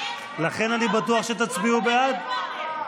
אני בטוח שתצביעו בעד.